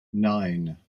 nine